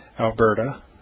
Alberta